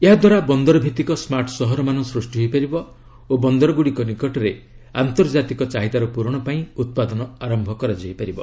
ଏହାଦ୍ୱାରା ବନ୍ଦର ଭିଭିକ ସ୍କାର୍ଟ୍ ସହର ମାନ ସୃଷ୍ଟି ହୋଇପାରିବ ଓ ବନ୍ଦରଗୁଡ଼ିକ ନିକଟରେ ଆନ୍ତର୍କାତିକ ଚାହିଦାର ପୂରଣ ପାଇଁ ଉତ୍ପାଦନ ଆରମ୍ଭ କରାଯାଇ ପାରିବ